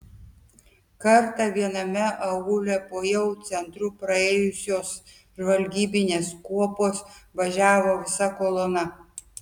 kartą viename aūle po jau centru praėjusios žvalgybinės kuopos važiavo visa kolona